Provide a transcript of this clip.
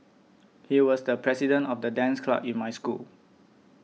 he was the president of the dance club in my school